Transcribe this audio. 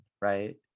right